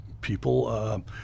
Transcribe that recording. People